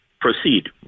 Proceed